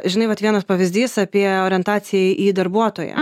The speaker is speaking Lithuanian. žinai vat vienas pavyzdys apie orientaciją į darbuotoją